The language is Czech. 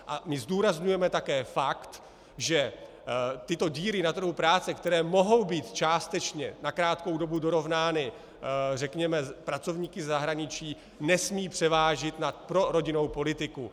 A my zdůrazňujeme také fakt, že tyto díry na trhu práce, které mohou být částečně na krátkou dobu dorovnány, řekněme, pracovníky ze zahraničí, nesmějí převážit nad prorodinnou politikou.